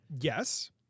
Yes